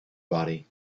body